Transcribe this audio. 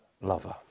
lover